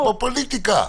זה פופוליטיקה.